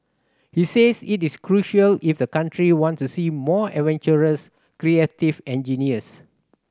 he says it is crucial if the country wants to see more adventurous creative engineers